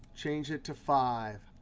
change it to five.